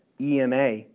EMA